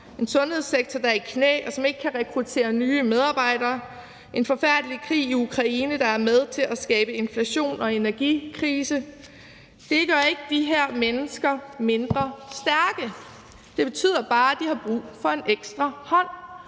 en sundhedssektor, der er i knæ, og som ikke kan rekruttere nye medarbejdere, en forfærdelig krig i Ukraine, der er med til at skabe inflation og energikrise. Det gør ikke de her mennesker mindre stærke. Det betyder bare, at de har brug for en ekstra hånd,